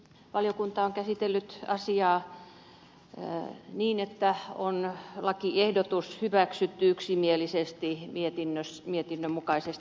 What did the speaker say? valiokunta on käsitellyt asiaa niin että lakiehdotus on hyväksytty yksimielisesti mietinnön mukaisesti